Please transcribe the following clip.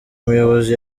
muyobozi